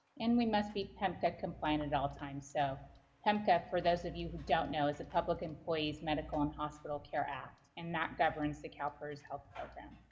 and we must be pemhca compliant at all times. so pemhca, for those of you who don't know, is the public employees' medical and hospital care act and that governs the calpers health program